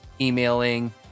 emailing